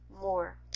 more